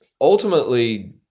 ultimately